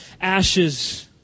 ashes